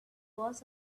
was